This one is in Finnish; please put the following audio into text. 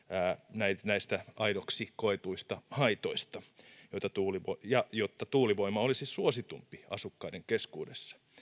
näistä näistä aidoiksi koetuista haitoista jotta tuulivoima olisi suositumpi asukkaiden keskuudessa